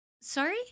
sorry